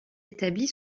établie